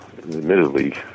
admittedly